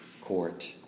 court